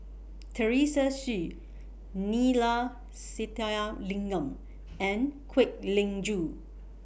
Teresa Hsu Neila Sathyalingam and Kwek Leng Joo